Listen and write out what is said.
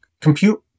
compute